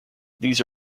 these